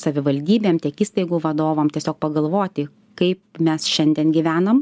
savivaldybėm tiek įstaigų vadovam tiesiog pagalvoti kaip mes šiandien gyvenam